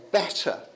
better